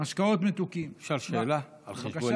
משקאות מתוקים, אפשר שאלה על חשבוני?